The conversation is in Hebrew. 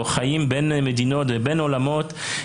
חיים בין מדינות ובין עולמות,